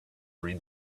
read